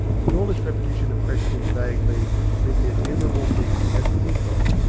but all this repetition oppressed him vaguely amid the innumerable things he had to think of,